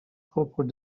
propre